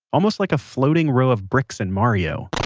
almost like a floating row of bricks in mario.